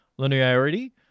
linearity